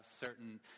certain